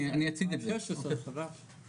אני אציג את זה.